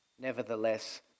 Nevertheless